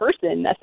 person